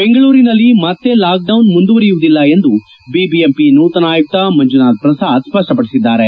ಬೆಂಗಳೂರಿನಲ್ಲಿ ಮತ್ತೆ ಲಾಕ್ಡೌನ್ ಮುಂದುವರಿಯುವುದಿಲ್ಲ ಎಂದು ಬಿಬಿಎಂಪಿ ನೂತನ ಆಯುಕ್ತ ಮಂಜುನಾಥ್ ಪ್ರಸಾದ್ ಸಪ್ಲಪಡಿಸಿದ್ದಾರೆ